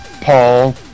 Paul